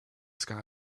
sky